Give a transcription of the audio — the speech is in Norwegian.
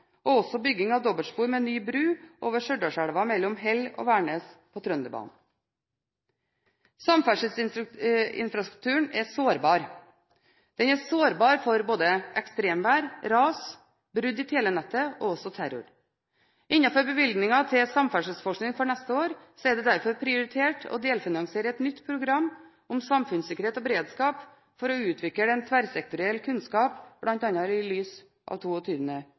og også bygging av dobbeltspor med ny bro over Stjørdalselva mellom Hell og Værnes på Trønderbanen. Samferdselsinfrastrukturen er sårbar. Den er sårbar både for ekstremvær, ras, brudd i telenettet og også terror. Innenfor bevilgningen til samferdselsforskning for neste år er det derfor prioritert å delfinansiere et nytt program om samfunnssikkerhet og beredskap for å utvikle tverrsektoriell kunnskap bl.a. i lys av